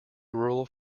rural